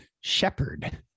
shepherd